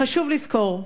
חשוב לזכור: